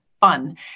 fun